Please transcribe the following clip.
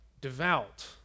devout